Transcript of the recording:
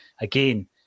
again